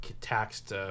taxed